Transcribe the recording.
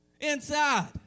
Inside